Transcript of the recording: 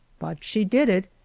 but she did it,